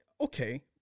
okay